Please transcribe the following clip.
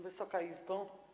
Wysoka Izbo!